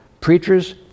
preachers